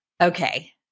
Okay